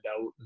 out